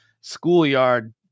schoolyard